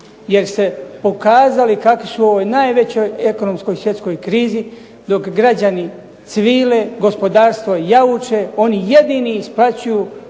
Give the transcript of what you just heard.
jer su se pokazali kakvi su u ovoj najvećoj ekonomskoj svjetskoj krizi dok građani cvile, gospodarstvo jauče oni jedini isplaćuju